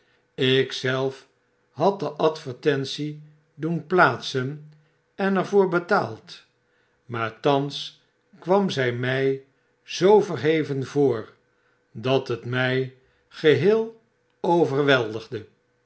zelf had de advertentie doen plaatsen en er voor betaald maar thans kwam zy ray zoo verheven voor dat het my geheel overweldigde